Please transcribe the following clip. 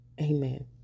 Amen